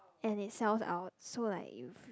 and it sells out so like if